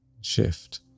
shift